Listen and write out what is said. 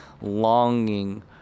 longing